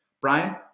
Brian